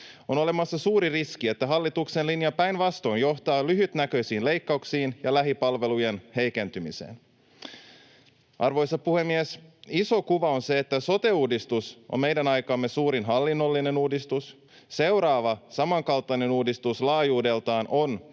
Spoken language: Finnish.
On olemassa suuri riski, että hallituksen linja päinvastoin johtaa lyhytnäköisiin leikkauksiin ja lähipalvelujen heikentymiseen. Arvoisa puhemies! Iso kuva on se, että sote-uudistus on meidän aikamme suurin hallinnollinen uudistus. Seuraava samankaltainen uudistus laajuudeltaan voi olla